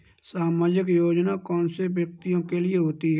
सामाजिक योजना कौन से व्यक्तियों के लिए होती है?